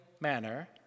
manner